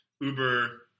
Uber